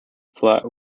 flat